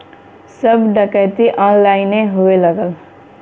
सब डकैती ऑनलाइने होए लगल